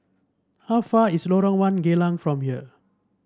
how far is Lorong One Geylang from here